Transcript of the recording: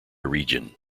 region